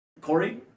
corey